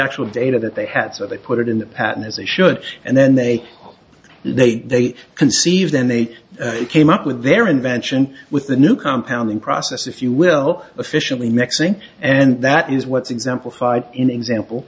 actual data that they had so they put it in the pattern as they should and then they they they conceived then they came up with their invention with the new compound in process if you will officially mixing and that is what's exemplified in example